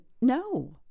No